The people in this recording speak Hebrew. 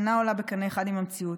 אינה עולה בקנה אחד עם המציאות.